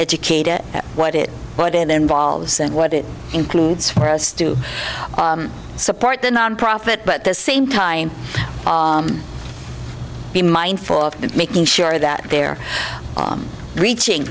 educated what it what it involves and what it includes for us to support the nonprofit but the same time be mindful of making sure that they're reaching